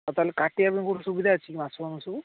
ତାହେଲେ କାଟିବା ପାଇଁ କେଉଁଠି ସୁବିଧା ଅଛି କି ମାଛମାନଙ୍କୁ ସବୁ